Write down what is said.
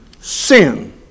sin